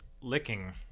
licking